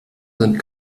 sind